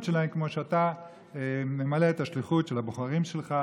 שלהם כמו שאתה ממלא את השליחות של הבוחרים שלך,